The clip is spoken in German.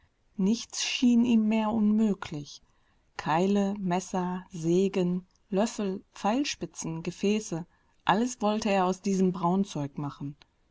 nichts schien ihm mehr unmöglich keile messer sägen löffel pfeilspitzen gefäße alles wollte er aus diesem braunzeug machen